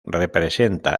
representa